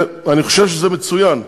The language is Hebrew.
אני חושב שזה מצוין.